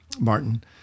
Martin